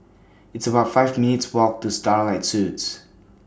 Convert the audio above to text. It's about five minutes' Walk to Starlight Suites